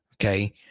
Okay